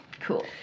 Cool